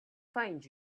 find